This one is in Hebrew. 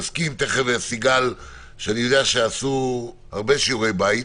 אני יודע שעשו הרבה שיעורי בית